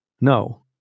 No